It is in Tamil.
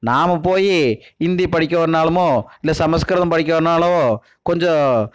நாம போய் இந்தி படிக்கோ ணுனாலுமோ இல்லை சமஸ்கிரதம் படிக்கிறதுனாலவோ கொஞ்சம்